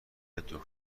دکتر